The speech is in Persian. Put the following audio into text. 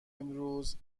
امروز